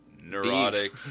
neurotic